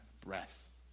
breath